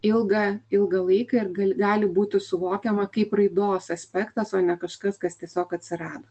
ilgą ilgą laiką ir gali gali būti suvokiama kaip raidos aspektas o ne kažkas kas tiesiog atsirado